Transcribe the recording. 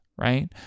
right